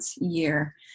year